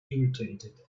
irritated